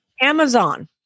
Amazon